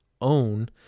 own